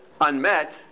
unmet